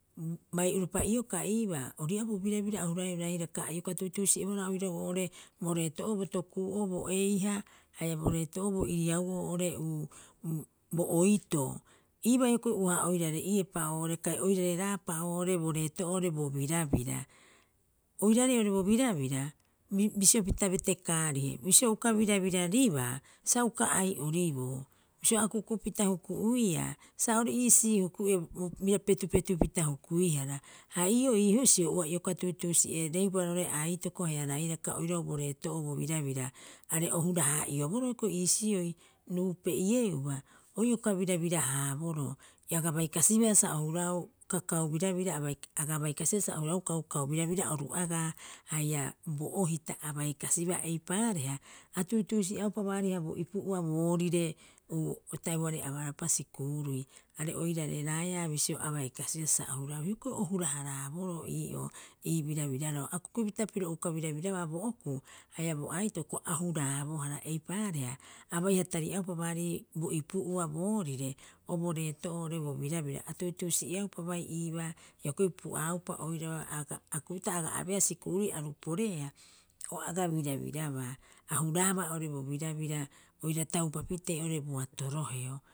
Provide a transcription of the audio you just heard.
Bai uropa iokaa iibaa orii'aa bo birabira a huraeu rairaika a ioka tuutuusi'ebohara oirau oo'ore bo reeto'oo bo toku'u'oo bo eiha haia bo reeto'oo bo iriau'oo oo'ore bo oitoo. Iibaa hioko'i ua oirare'iepa oo'ore kai ua oirareraapa oo'ore bo reto'oo oo'ore bo birabira. Oiraarei oo'ore bo birabira, biso pita betekaarihe, bisio uka birabiraribaa sa uka ai'oriboo. Bisio akukupita huku'uia sa ori'iisi huku'ue, bira petupetupita hukuihara. Ha ii'oo ii husio ua ioka tuutuusi'ereupa roo'ore aitoko haia rairaka oirau bo reeto'oo bo birabira are o hura- hara'ioboroo hioko'i iisioi. Ruupe'ieuba, o ioka birabira- haaboroo bai kasibaa sa o huraau kaukau birabira, aga bai kasibaa sa o huraau kaukau birabira oru agaa haia bo ohita abai kasibaa eipaareha, a tuutuusi'eaupa baariha bo ipu'ua boorire o taebuoarei abaraapa sikuurui, are oirare raea bisio abai kasibaa sa o huraau hioko'i o hura- haraboroo ii'oo ii birabiraroo. A kukupita piro uka birabiraba bo okuu haia bo aitoko a huraabohara eipaareha abaiha tari'aupa baarii bo ipu'ua boorire, o bo reeto'oo bo birabira. A tuutuusi'eaupa bai iibaa hioko'i pu'aaupa oiraba aga akukupita aga abeea sikuurui aru poreea o aga birabirabaa, a huraabaa oo'ore bo birabira oira taupapitee oo'ore boato roheo